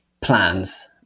plans